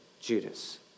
Judas